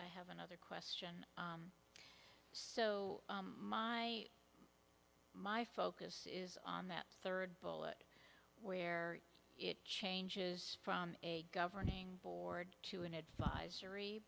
i have another question so my my focus is on that third bullet where it changes from a governing board to an advisory